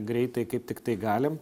greitai kaip tiktai galim